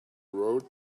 rode